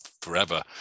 forever